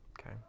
Okay